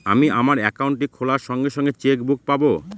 আমি আমার একাউন্টটি খোলার সঙ্গে সঙ্গে চেক বুক পাবো?